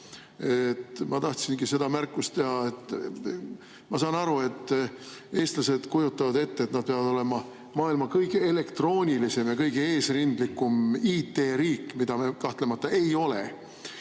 Ma tahtsingi seda märkust teha. Ma saan aru, et eestlased kujutavad ette, et nad peavad olema maailma kõige elektroonilisem ja kõige eesrindlikum IT‑riik, mida me kahtlemata ei ole,